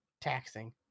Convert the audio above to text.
taxing